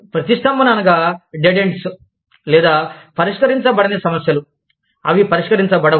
ప్రతిష్టంభన అనగా dead ends లేదా పరిష్కరించబడని సమస్యలు అవి పరిష్కరించబడవు